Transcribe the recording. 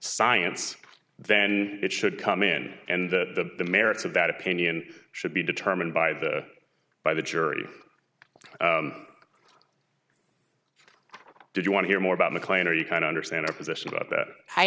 science then it should come in and that the merits of that opinion should be determined by the by the jury do you want to hear more about mclean or you kind understand our position about that i